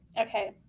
Okay